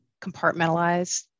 compartmentalize